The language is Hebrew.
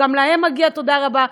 גם להם מגיעה תודה רבה,